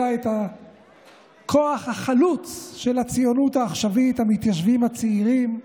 אלא את הכוח החלוץ של הציונות העכשווית: המתיישבים הצעירים,